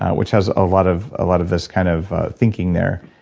which has a lot of ah lot of this kind of thinking there,